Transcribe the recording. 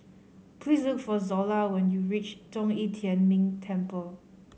please look for Zola when you reach Zhong Yi Tian Ming Temple